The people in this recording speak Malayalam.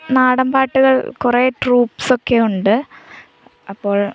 നാടൻ പാട്ടുകൾ കുറെ ട്രൂപ്സൊക്കെ ഉണ്ട് അപ്പോൾ